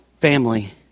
family